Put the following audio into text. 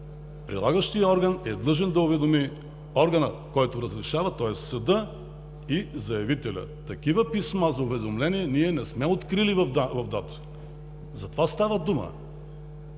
прилагащият орган е длъжен да уведоми органа, който разрешава, тоест съда и заявителя. Такива писма за уведомление ние не сме открили в ДАТО. За това става дума,